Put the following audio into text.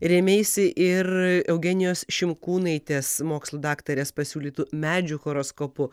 rėmeisi ir eugenijos šimkūnaitės mokslų daktarės pasiūlytų medžių horoskopu